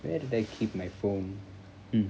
where did I keep my phone mm